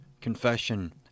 confession